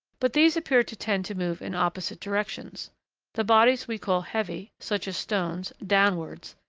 but these appear to tend to move in opposite directions the bodies we call heavy, such as stones, downwards,